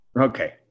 Okay